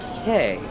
Okay